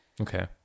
okay